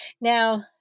Now